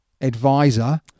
advisor